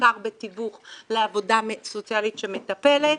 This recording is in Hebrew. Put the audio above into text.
בעיקר בתיווך לעבודה סוציאלית שמטפלת.